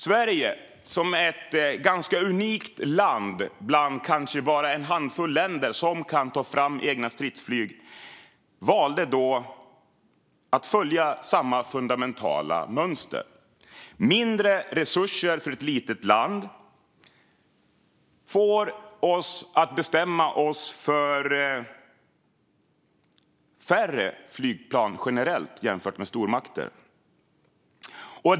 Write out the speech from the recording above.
Sverige är ganska unikt och ingår i kanske en handfull länder som kan ta fram egna stridsflygplan. Vi valde att följa samma fundamentala mönster. Vi är ett litet land med mindre resurser, och det fick oss att bestämma oss för färre flygplan generellt sett, jämfört med stormakterna.